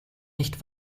nicht